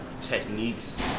techniques